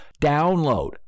download